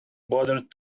bothered